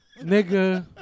nigga